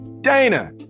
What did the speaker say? Dana